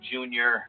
Junior